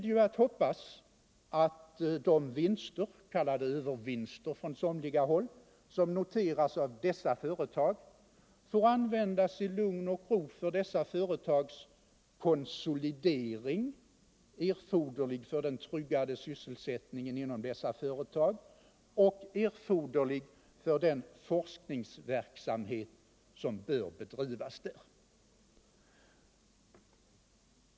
De vinster — även kallade övervinster på somliga håll — som noteras av dessa företag borde få användas i lugn och ro för företagens konsolidering, erforderlig för den tryggade sysselsättningen inom dessa företag och erforderlig för den forskningsverksamhet som bör bedrivas där.